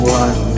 one